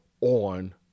on